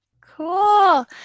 Cool